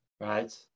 right